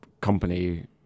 company